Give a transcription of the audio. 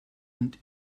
und